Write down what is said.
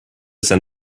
send